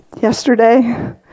Yesterday